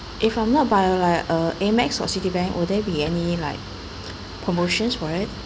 if I'm not via like uh amex or Citibankwill there be any like promotions for it